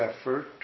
effort